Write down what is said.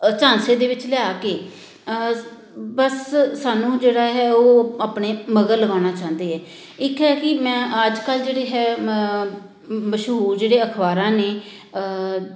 ਝਾਂਸੇ ਦੇ ਵਿੱਚ ਲਿਆ ਕੇ ਬਸ ਸਾਨੂੰ ਜਿਹੜਾ ਹੈ ਉਹ ਆਪਣੇ ਮਗਰ ਲਗਾਉਣਾ ਚਾਹੁੰਦੇ ਏ ਇੱਕ ਹੈ ਕਿ ਮੈਂ ਅੱਜ ਕੱਲ੍ਹ ਜਿਹੜੇ ਹੈ ਮ ਮਸ਼ਹੂਰ ਜਿਹੜੇ ਅਖਬਾਰਾਂ ਨੇ